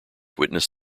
witness